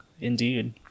indeed